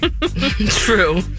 True